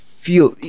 feel